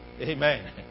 Amen